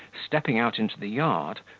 stepping out into the yard,